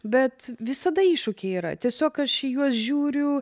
bet visada iššūkiai yra tiesiog aš į juos žiūriu